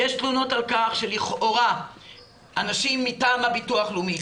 יש תלונות על כך שלכאורה אנשים מטעם הביטוח הלאומי,